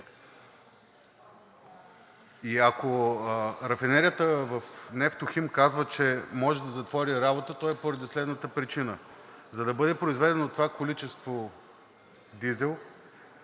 И ако рафинерията „Нефтохим“ казва, че може да затвори работа, то е поради следната причина. За да бъде произведено това количество дизел,